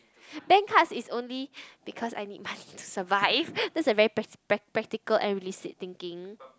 bank cards is only because I need money to survive that's a very prac~ practical and realistic thinking